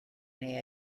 neu